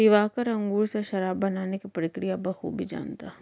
दिवाकर अंगूर से शराब बनाने की प्रक्रिया बखूबी जानता है